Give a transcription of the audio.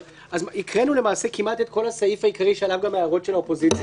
הקראנו למעשה את כל הסעיף העיקרי שעלה גם מההערות של האופוזיציה.